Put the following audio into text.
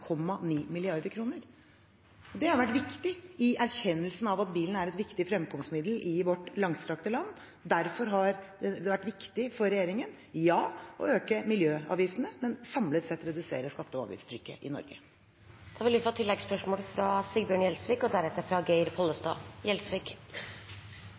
Det har vært viktig i erkjennelsen av at bilen er et viktig fremkomstmiddel i vårt langstrakte land. Derfor har det vært viktig for regjeringen – ja, å øke miljøavgiftene, men samlet sett å redusere skatte- og avgiftstrykket i Norge. Det åpnes for oppfølgingsspørsmål – først Sigbjørn Gjelsvik.